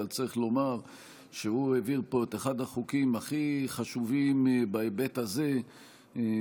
אבל צריך לומר שהוא העביר פה את אחד החוקים החשובים בהיבט הזה בשעתו,